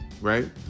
right